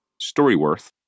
Storyworth